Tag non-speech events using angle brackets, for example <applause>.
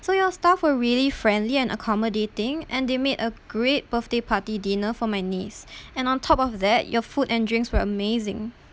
so your staff were really friendly and accommodating and they made a great birthday party dinner for my niece <breath> and on top of that your food and drinks were amazing